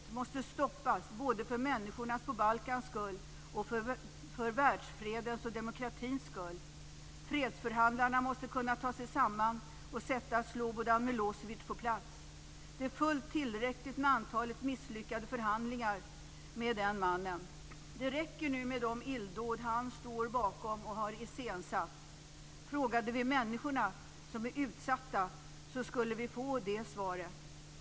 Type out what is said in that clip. Det måste stoppas, både för människornas på Balkan skull och för världsfredens och demokratins skull. Fredsförhandlarna måste kunna ta sig samman och sätta Slobodan Milosevic på plats. Det är fullt tillräckligt med antalet misslyckade förhandlingar med den mannen. Det räcker nu med de illdåd han står bakom och har iscensatt. Frågade vi människorna som är utsatta så skulle vi få det svaret.